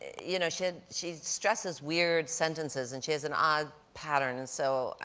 you know, she she stresses weird sentences and she has an odd pattern and so,